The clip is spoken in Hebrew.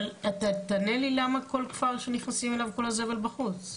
אבל אתה תענה לי למה כל כפר שנכנסים אליו כל הזבל בחוץ?